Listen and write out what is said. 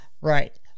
Right